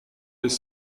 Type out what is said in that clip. les